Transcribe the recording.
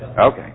Okay